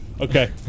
Okay